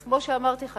אז כמו שאמרתי לך,